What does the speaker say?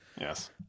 Yes